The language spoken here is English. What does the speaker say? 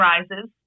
Rises